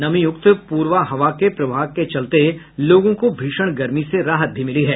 नमीयुक्त पूर्वा हवा के प्रवाह के चलते लोगों को भीषण गर्मी से राहत मिली है